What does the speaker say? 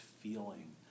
feeling